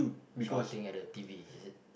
shouting at the t_v is it